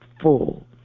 full